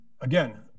Again